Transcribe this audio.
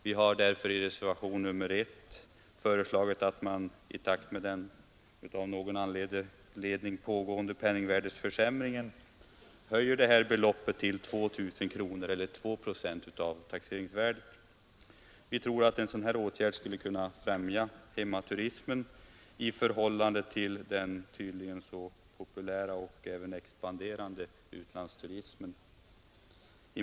Vi har därför i reservationen 1 föreslagit att man i takt med den av någon anledning pågående penningvärdeförsämringen höjer det här beloppet till 2 000 kronor eller 2 procent av taxeringsvärdet. Vi tror att en sådan åtgärd skulle främja hemmaturismen i förhållande till den tydligen så populära och expanderande utlandsturismen.